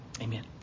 Amen